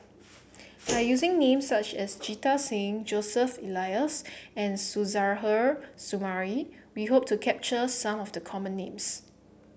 by using names such as Jita Singh Joseph Elias and Suzairhe Sumari we hope to capture some of the common names